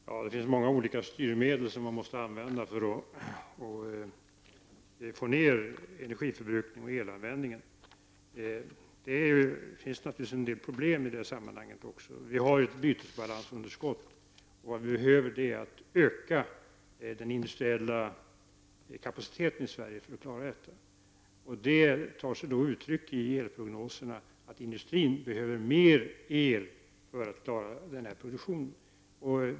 Fru talman! Det finns många olika styrmedel som måste användas för att minska energiförbrukningen och elanvändningen. Det finns naturligtvis en del problem i detta sammanhang. Sverige har ett bytesbalansunderskott och behöver öka den industriella kapaciteten för att klara detta. Detta tar sig uttryck i elprognoserna om att industrin behöver mer el för att klara denna produktion.